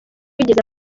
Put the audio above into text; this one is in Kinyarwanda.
wigeze